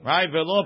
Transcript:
Right